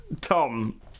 Tom